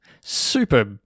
Super